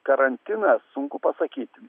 karantinas sunku pasakyti